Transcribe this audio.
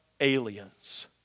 aliens